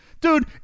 dude